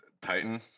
titan